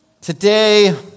today